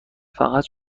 فقط